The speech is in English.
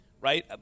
Right